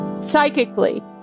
psychically